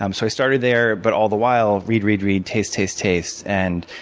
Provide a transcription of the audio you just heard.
um so i started there. but all the while, read, read, read, taste, taste, taste. and